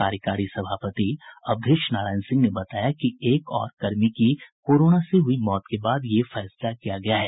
कार्यकारी सभापति अवधेश नारायण सिंह ने बताया कि एक और कर्मी की कोरोना से मौत के बाद ये फैसला किया गया है